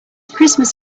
christmas